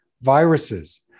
viruses